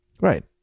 Right